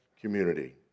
community